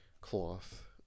cloth